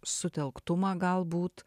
sutelktumą galbūt